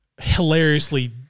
hilariously